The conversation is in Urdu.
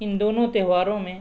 ان دونوں تہواروں میں